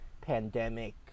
pandemic